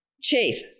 Chief